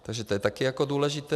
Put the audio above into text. Takže to je taky jako důležité.